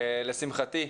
לשמחתי,